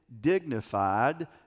dignified